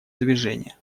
движения